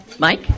Mike